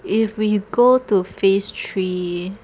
if we go to phase three